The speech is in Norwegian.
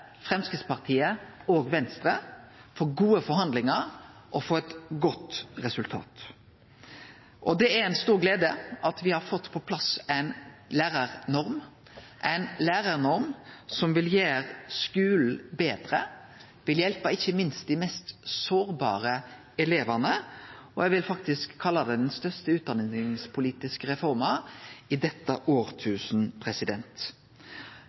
Framstegspartiet og Venstre for gode forhandlingar og for eit godt resultat. Det er ei stor glede at me har fått på plass ei lærarnorm, ei lærarnorm som vil gjere skulen betre, og ikkje minst vil hjelpe dei mest sårbare elevane. Eg vil faktisk kalle det den største utdanningspolitiske reforma i dette